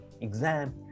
exam